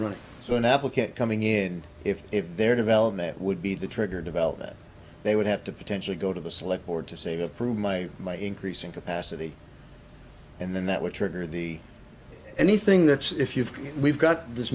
running so an applicant coming in if their development would be the trigger development they would have to potentially go to the select board to say to approve my my increasing capacity and then that would trigger the anything that's if you've we've got this